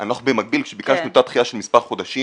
אנחנו במקביל כשביקשנו את אותה דחייה של מספר חודשים,